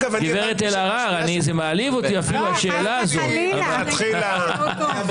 גברת אלהרר, אפילו השאלה הזאת מעליבה אותי.